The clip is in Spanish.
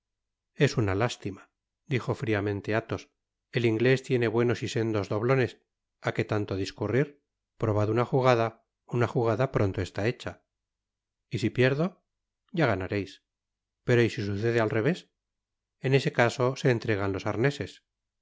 es una lástima dijo friamente athos el inglés tiene buenos y sendos doblones á que tanto discurrir probad una jugada una jugada pronto está hecha y si pierdo ya ganareis pero y si sucede al revés en ese caso se entregan los arneses